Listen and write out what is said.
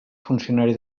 funcionari